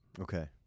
Okay